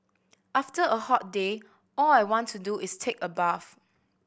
after a hot day all I want to do is take a bath